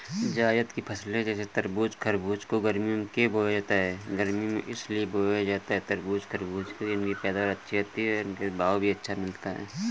जायद की फसले जैसे तरबूज़ खरबूज को गर्मियों में क्यो बोया जाता है?